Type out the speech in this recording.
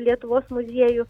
lietuvos muziejų